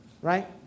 Right